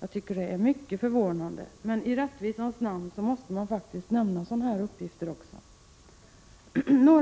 Det är mycket förvånande. I rättvisans namn måste man faktiskt nämna sådana uppgifter också. Fru talman!